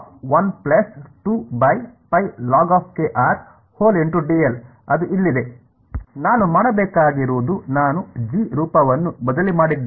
ಆದ್ದರಿಂದ ಅದು ಇಲ್ಲಿದೆ ನಾನು ಮಾಡಬೇಕಾಗಿರುವುದು ನಾನು ಜಿ ರೂಪವನ್ನು ಬದಲಿ ಮಾಡಿದ್ದೇನೆ